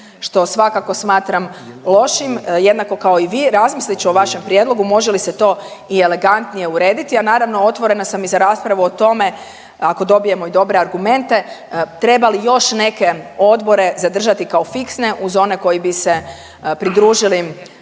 što svakako smatram lošim jednako kao i vi. Razmislit ću o vašem prijedlogu može li se to i elegantnije urediti, a naravno otvorena sam i raspravu o tome ako dobijemo i dobre argumente treba li još neke odbore zadržati kao fiksne uz one koji bi pridružili